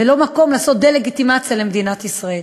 ולא מקום לעשות דה-לגיטימציה למדינת ישראל.